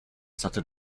started